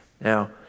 Now